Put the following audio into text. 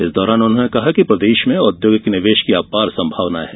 इस दौरान उन्होंने कहा है कि प्रदेश में औद्योगिक निवेश की अपार संभावनाएं है